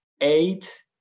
eight